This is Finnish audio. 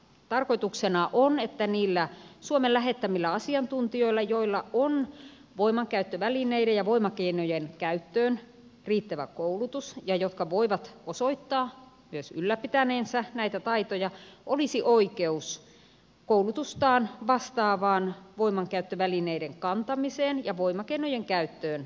tarkoituksena on että niillä suomen lähettämillä asiantuntijoilla joilla on voimankäyttövälineiden ja voimakeinojen käyttöön riittävä koulutus ja jotka voivat osoittaa myös ylläpitäneensä näitä taitoja olisi oikeus koulutustaan vastaavaan voimankäyttövälineiden kantamiseen ja voimakeinojen käyttöön siviilikriisinhallintaoperaatiossa